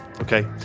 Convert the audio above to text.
okay